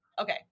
Okay